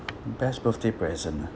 best birthday present ah